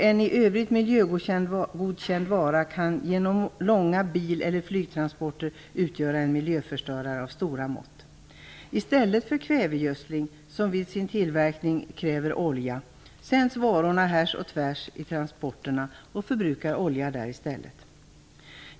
En i övrigt miljögodkänd vara kan genom långa bileller flygtransporter utgöra en miljöförstörare av stora mått. Vid tillverkning av kvävegödsel används olja, vilket inte är bra. Men i stället för att använda kvävegödsel transporterar man varor härs och tvärs - och förbrukar olja på det sättet.